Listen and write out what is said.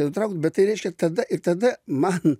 nutraukt bet tai reiškia tada ir tada man